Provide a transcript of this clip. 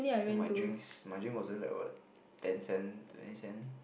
then my drinks my drink was only like what ten cent twenty cent